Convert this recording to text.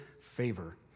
favor